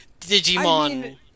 Digimon